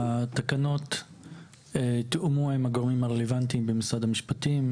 התקנות תואמו עם הגורמים הרלוונטיים במשרד המשפטים,